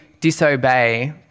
disobey